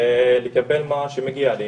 ולקבל מה שמגיע לי.